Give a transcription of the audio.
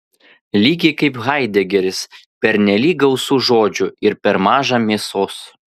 lygiai kaip haidegeris pernelyg gausu žodžių ir per maža mėsos